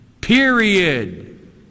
Period